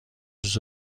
روز